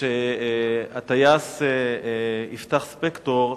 שהטייס יפתח ספקטור,